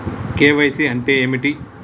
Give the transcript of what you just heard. KYC అంటే ఏమిటి?